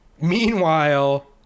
Meanwhile